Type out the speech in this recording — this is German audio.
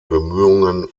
bemühungen